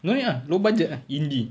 no need ah low budget ah indie